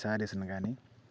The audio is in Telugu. శారీస్ని కానీ